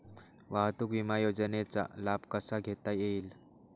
वाहतूक विमा योजनेचा लाभ कसा घेता येईल?